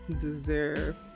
deserve